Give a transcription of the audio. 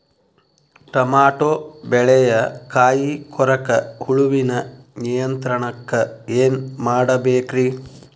Tomato ಬೆಳೆಯ ಕಾಯಿ ಕೊರಕ ಹುಳುವಿನ ನಿಯಂತ್ರಣಕ್ಕ ಏನ್ ಮಾಡಬೇಕ್ರಿ?